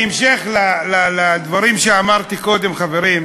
בהמשך לדברים שאמרתי קודם, חברים,